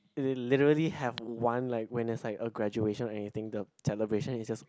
literally have one like when it's like a graduation or anything the celebration is just